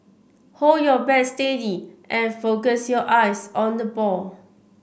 hold your bat steady and focus your eyes on the ball